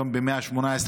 היום כבר שברנו את השיא,